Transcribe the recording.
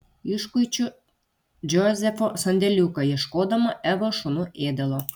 iškuičiu džozefo sandėliuką ieškodama evos šunų ėdalo